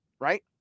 right